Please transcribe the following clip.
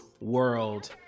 world